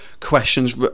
questions